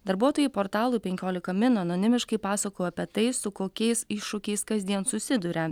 darbuotojai portalui penkiolika min anonimiškai pasakojo apie tai su kokiais iššūkiais kasdien susiduria